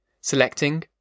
selecting